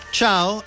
ciao